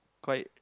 quite